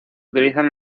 utilizan